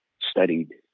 studied